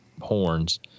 horns